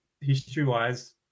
history-wise